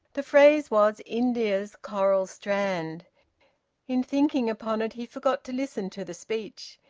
the phrase was india's coral strand in thinking upon it he forgot to listen to the speech.